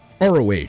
ROH